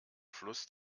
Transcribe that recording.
fluss